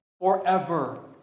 forever